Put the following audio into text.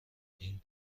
این